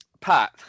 pat